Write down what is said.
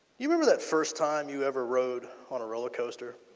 you remember the first time you ever rode on a roller coaster.